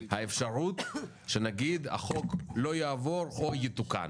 2021. ההסכם נחתם בינואר 2021 והיה אמור לחול בכל שנת 2021